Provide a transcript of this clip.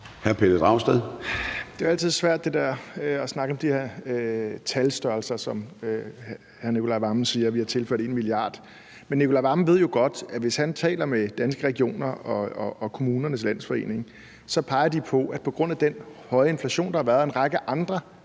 Pelle Dragsted (EL): Det er jo altid svært at snakke om de her talstørrelser. Finansministeren siger, at vi har tilført 1 mia. kr. Men finansministeren ved jo godt, at hvis han taler med Danske Regioner og Kommunernes Landsforening, så peger de på, at på grund af den høje inflation, der har været, og en række andre